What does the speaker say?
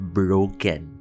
broken